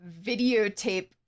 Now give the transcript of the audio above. videotape